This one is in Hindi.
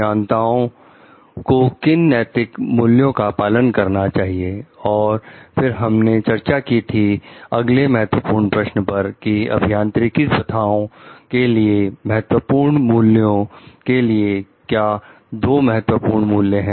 अभियंताओं को किन नैतिक मूल्यों का पालन करना चाहिए और फिर हमने चर्चा की थी अगले महत्वपूर्ण प्रश्न पर कि अभियांत्रिकी प्रथाओं के लिए महत्वपूर्ण मूल्यों के लिए क्या दो महत्वपूर्ण मूल्य है